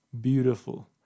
beautiful